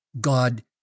God